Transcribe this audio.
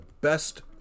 best